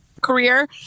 career